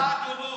אם את בעד או לא?